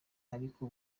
ariko